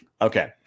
Okay